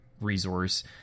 resource